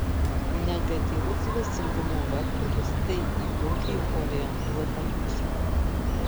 negatyvus dvasingumo vektorius tai į blogį orientuota būsena